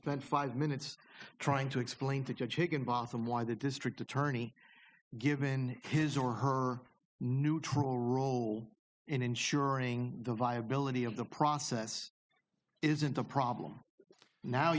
spent five minutes trying to explain to a chicken botham why the district attorney given his or her neutral role in ensuring the viability of the process isn't a problem now